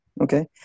Okay